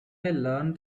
learn